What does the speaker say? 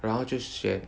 然后就选